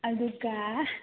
ꯑꯗꯨꯒꯥ